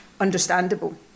understandable